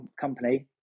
company